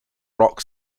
rock